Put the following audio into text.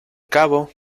cabo